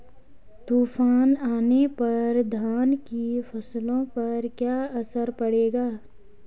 तूफान आने पर धान की फसलों पर क्या असर पड़ेगा?